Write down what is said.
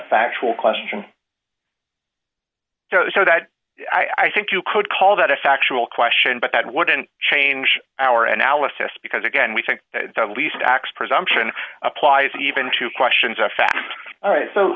factual question that i think you could call that a factual question but that wouldn't change our analysis because again we think the least x presumption applies even to questions of fact all right so